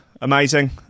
amazing